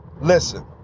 Listen